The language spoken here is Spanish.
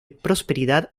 prosperidad